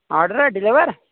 order آ deliver